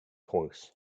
horse